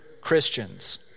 Christians